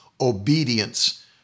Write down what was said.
obedience